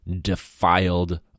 defiled